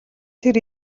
тэр